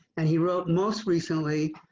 and he wrote. most recently,